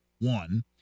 one